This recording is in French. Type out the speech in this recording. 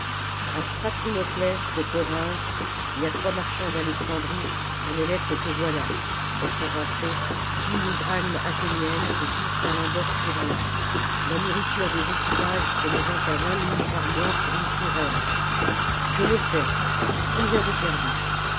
stratoniclès de corinthe et à trois marchands d'alexandrie sur les lettres que voilà elles sont rentrées dix mille drachmes athéniennes et douze talents d'or syriens la nourriture des équipages s'élevant à vingt mines par mois pour une trirème je le sais combien de perdues